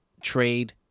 trade